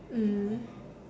mm